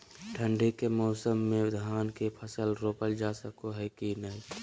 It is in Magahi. ठंडी के मौसम में धान के फसल रोपल जा सको है कि नय?